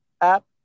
app